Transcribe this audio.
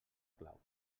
clau